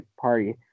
party